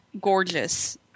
gorgeous